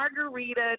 Margarita